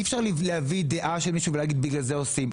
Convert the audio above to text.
אי אפשר להביא דעה של מישהו ולהגיד בגלל זה עושים.